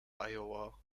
iowa